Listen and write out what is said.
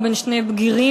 ובין שני בגירים,